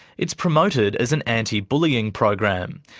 it's promoted as an anti-bullying program,